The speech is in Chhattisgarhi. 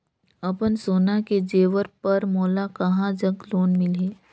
अपन सोना के जेवर पर मोला कहां जग लोन मिलही?